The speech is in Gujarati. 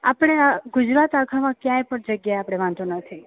આપણે ગુજરાત આખામાં ક્યાંય પણ જગ્યાએ આપણે વાંધો નથી